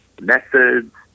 methods